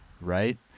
Right